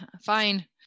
fine